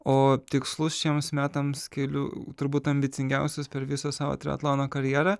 o tikslus šiems metams keliu turbūt ambicingiausius per visą savo triatlono karjerą